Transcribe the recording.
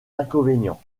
inconvénients